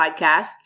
podcasts